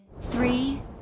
three